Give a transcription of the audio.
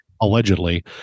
Allegedly